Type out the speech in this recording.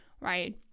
right